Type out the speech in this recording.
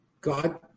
God